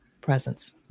presence